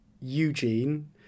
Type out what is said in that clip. Eugene